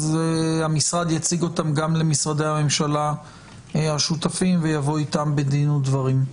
המשרד יציג אותן גם למשרדי הממשלה השותפים ויבוא איתם בדין ודברים.